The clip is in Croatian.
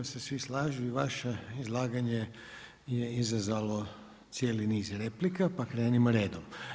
Iako se svi slažu i vaše izlaganje je izazvalo cijeli niz replika, pa krenimo redom.